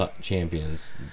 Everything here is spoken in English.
champions